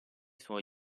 suoi